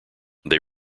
they